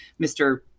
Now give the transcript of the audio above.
Mr